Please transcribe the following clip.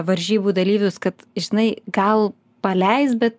varžybų dalyvius kad žinai gal paleisk be